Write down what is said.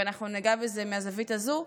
ואנחנו ניגע בזה מהזווית הזו,